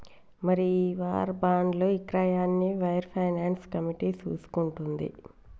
మరి ఈ వార్ బాండ్లు ఇక్రయాన్ని వార్ ఫైనాన్స్ కమిటీ చూసుకుంటుంది